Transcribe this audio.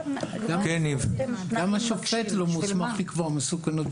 גם שופט לא מוסמך לקבוע מסוכנות.